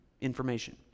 information